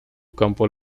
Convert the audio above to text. campo